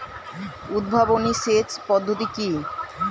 উদ্ভাবনী সেচ পদ্ধতি কি?